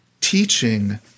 teaching